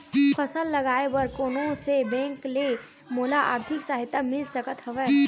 फसल लगाये बर कोन से बैंक ले मोला आर्थिक सहायता मिल सकत हवय?